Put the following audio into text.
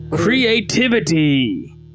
Creativity